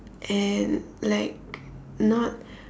and like not